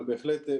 אבל בהחלט,